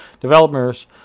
Developers